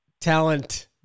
talent